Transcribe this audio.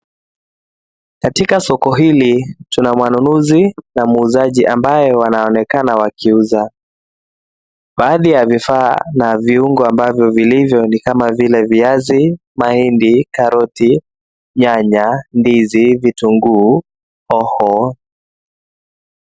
Katika soko hili tuna wanunuzi na muuzaji ambayo wanaonekana wakiuza. Baadhi ya vifaa na viungo ambayoy vilivyo ni viungo kama vile viazi, mahidi, karoti, nyanya, ndizi, vitunguu, hoho.